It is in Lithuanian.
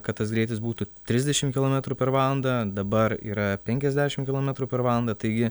kad tas greitis būtų trisdešim kilometrų per valandą dabar yra penkiasdešim kilometrų per valandą taigi